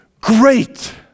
great